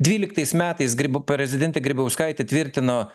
dvyliktais metais grib prezidentė grybauskaitė tvirtino